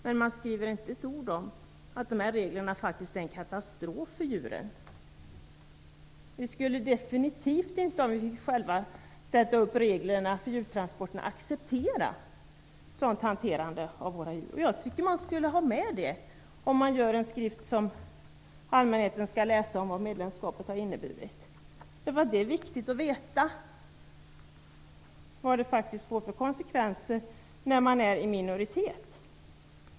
Det står emellertid inte ett ord om att dessa regler faktiskt innebär en katastrof för djuren. Om vi själva fick bestämma reglerna för djurtransporter skulle vi definitivt inte acceptera ett sådant hanterande av djuren. Jag tycker att detta skulle finnas med i en skrift om vad medlemskapet har inneburit som är riktad till allmänheten. Det är viktigt att veta vad det får för konsekvenser när man är i minoritet.